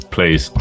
Please